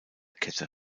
kette